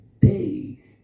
day